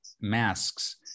masks